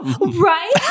Right